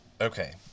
okay